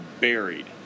buried